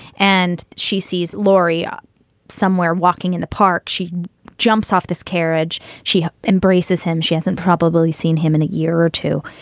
and she sees laurie up somewhere walking in the park. she jumps off this carriage. she embraces him. she hasn't probably seen him in a year or two.